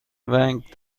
ونگ